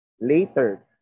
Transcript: Later